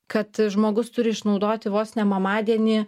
kad žmogus turi išnaudoti vos ne mamadienį